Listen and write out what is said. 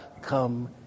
come